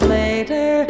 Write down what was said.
later